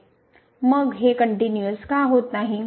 मग हे कनट्युनिअस का होत नाही